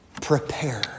Prepare